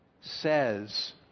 says